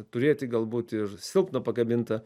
turėti galbūt ir silpną pakabintą